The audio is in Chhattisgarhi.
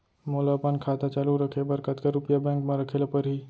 मोला अपन खाता चालू रखे बर कतका रुपिया बैंक म रखे ला परही?